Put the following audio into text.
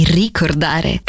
ricordare